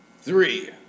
Three